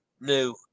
new